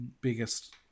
biggest